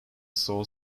saw